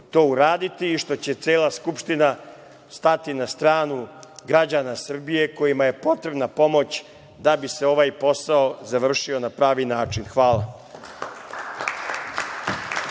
to uraditi i što će cela Skupština stati na stranu građana Srbije kojima je potrebna pomoć da bi se ovaj posao završio na pravi način. Hvala.